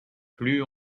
plus